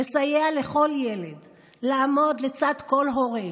לסייע לכל ילד ולעמוד לצד כל הורה,